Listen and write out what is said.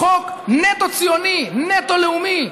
חוק נטו ציוני, נטו לאומי.